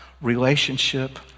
relationship